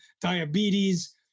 diabetes